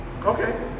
Okay